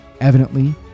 Evidently